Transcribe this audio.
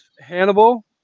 Hannibal